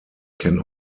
can